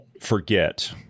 forget